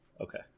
Okay